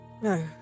No